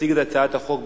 תציג את הצעת החוק,